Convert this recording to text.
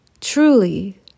truly